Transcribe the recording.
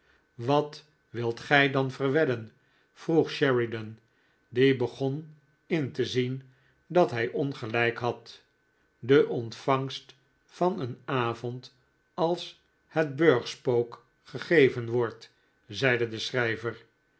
wat wilt gij dan verwedden vroeg sheridan die begon in te zien dat hij ongelijk had de ontvangst van een avond als het burgspook gegeven wordt zeide de schrijver